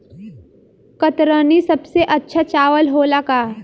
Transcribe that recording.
कतरनी सबसे अच्छा चावल होला का?